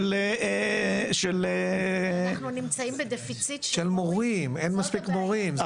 אין מספיק מורים,